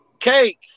cake